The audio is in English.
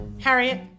Harriet